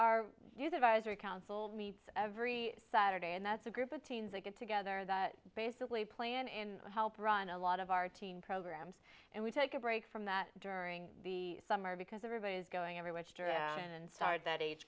visor council meets every saturday and that's a group of teens that get together that basically plan and help run a lot of our teen programs and we take a break from that during the summer because everybody is going every which direction and start that age